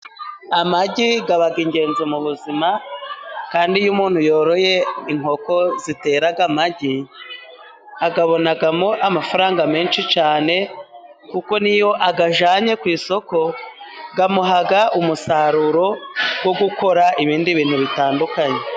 Amagi aba ingenzi mu buzima. Kandi iyo umuntu yoroye inkoko, zitera amagi akabonamo amafaranga menshi cyane. Kuko niyo ayajyanye ku isoko, amuha umusaruro wo gukora ibindi bintu bitandukanye.